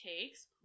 takes